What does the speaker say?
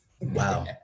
Wow